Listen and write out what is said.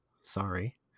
Sorry